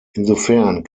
insofern